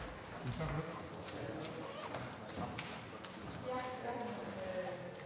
Tak